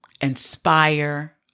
inspire